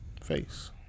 Face